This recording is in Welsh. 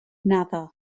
naddo